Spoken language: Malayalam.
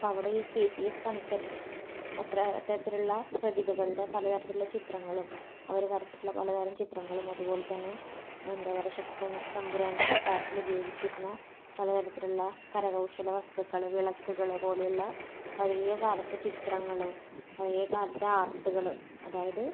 അവിടെ കെ സി എസ് പണിക്കർ അത്ര തരത്തിലുള്ള പ്രതിഭകളുടെ പല തരത്തിലുള്ള ചിത്രങ്ങളും അവര് വരച്ചിട്ടുള്ള പല തരം ചിത്രങ്ങളും അതുപോലെ തന്നെ എന്താ പറയുക ശക്തൻ തമ്പുരാൻ്റെ കൊട്ടാരത്തിലുപയോഗിച്ചിരുന്ന പല തരത്തിലുള്ള കരകൗശല വസ്തുക്കള് വിളക്ക്കള് പോലെയുള്ള പഴയ കാലത്തെ ചിത്രങ്ങള് പഴയ കാലത്തെ ആർട്ട്കള് അതായത്